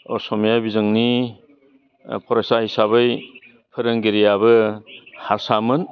असमिया बिजोंनि फरायसा हिसाबै फोरोंगिरियाबो हारसामोन